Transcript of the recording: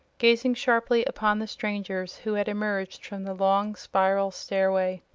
gazing sharply upon the strangers who had emerged from the long spiral stairway.